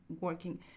working